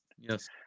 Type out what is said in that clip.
yes